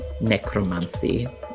necromancy